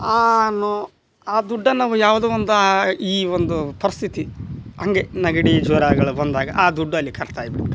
ಆ ನು ಆ ದುಡ್ಡನ್ನ ಅವ ಯಾವುದೋ ಒಂದು ಈ ಒಂದು ಪರಿಸ್ಥಿತಿ ಹಾಗೆ ನೆಗಡಿ ಜ್ವರಗಳು ಬಂದಾಗ ಆ ದುಡ್ಡು ಅಲ್ಲಿ ಖರ್ಚಾಗ್ಬಿಡ್ತ